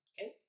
Okay